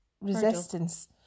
resistance